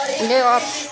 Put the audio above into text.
ले आप